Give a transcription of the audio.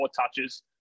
touches